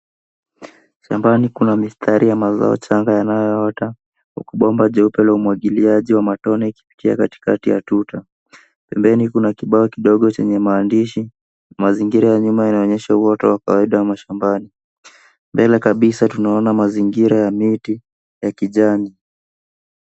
Shambani kuna mistari ya mazao changa yanayoota, huku bomba jeupe la umwagiliaji wa matone ikipitia katikati ya tuta. Pembeni kuna kibao kidogo chenye maandishi. Mazingira ya nyuma inaonyesha uoto wa kawaida wa mashambani. Mbele kabisa tunaona mazingira ya miti ya kijani.